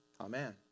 Amen